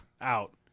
out